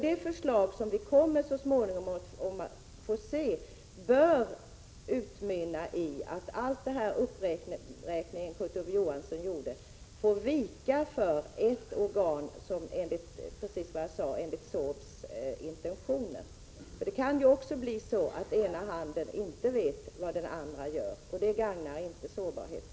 Det förslag som vi så småningom kommer att få bör alltså utmynna i att de organ som Kurt Ove Johansson räknade upp får vika för ett organ, enligt sårbarhetsberedningens intentioner. Det kan bli så att ena handen inte vet vad den andra gör, och det gagnar inte lösningen av sårbarhetsfrågorna.